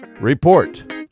Report